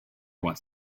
wants